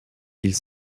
ils